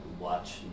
watch